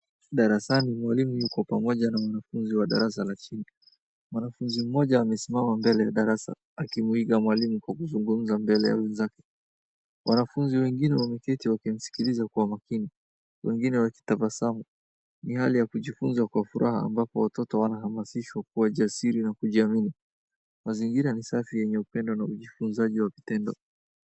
Darasani mwalimu yuko pamoja na mwanafunzi wa darasa la chini. Mwanafunzi mmoja amesimama mbele ya darasa, akimuiga mwalimu kwa kuzungumza mbele ya wenzake. Wanafunzi wengine wameketi wakimskiliza kwa makini, wengine wakitabasamu. Ni hali ya kujifunza kwa furaha amabapo watoto wanahamasishwa kuwa jasiri na kujiamini. Mazingira ni safi yenye upendo na ujifunzaji wa vitendo.